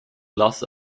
loss